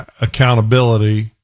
accountability